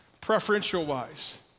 preferential-wise